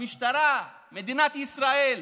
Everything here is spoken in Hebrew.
המשטרה, מדינת ישראל,